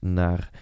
naar